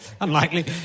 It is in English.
unlikely